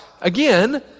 Again